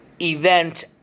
event